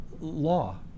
law